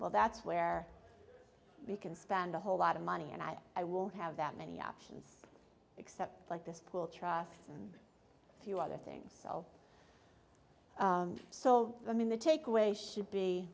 well that's where we can spend a whole lot of money and i i won't have that many options except like this pool trusts and a few other things so so i mean the takeaway should be